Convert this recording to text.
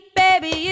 baby